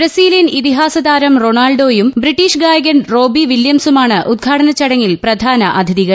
Brazilian ഇതിഹാസ താരം റൊണാൾഡോയും ബ്രിട്ടീഷ് ഗായകൻ റോബി വില്യംസുമാണ് ഉദ്ഘാടന ചടങ്ങിലെ പ്രധാന അതിഥികൾ